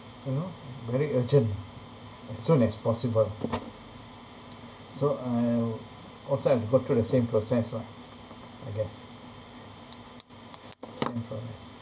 you know very urgent as soon as possible so I'll also have to go through the same process right I guess centralise